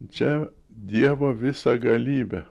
čia dievo visagalybė